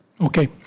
Okay